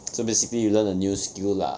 so basically you learn a new skill lah